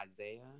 Isaiah